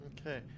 Okay